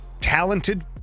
talented